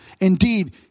Indeed